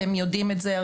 אתם יודעים את זה.